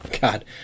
god